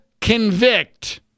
convict